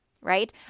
right